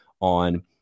on